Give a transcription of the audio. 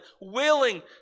willing